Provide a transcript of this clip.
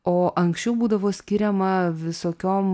o anksčiau būdavo skiriama visokiom